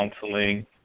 Counseling